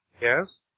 Yes